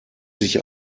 sich